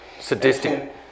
Sadistic